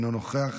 אינו נוכח,